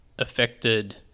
Affected